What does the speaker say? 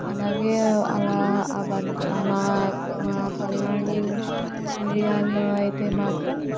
అలాగే అలా బన్ మా మా పల్నాడు ఏరియాల్లో అయితే మాత్రం